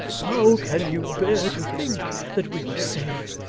how can you bear to think that we are safe,